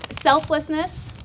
Selflessness